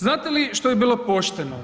Znate li što bi bilo pošteno?